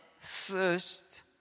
thirst